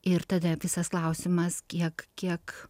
ir tada visas klausimas kiek kiek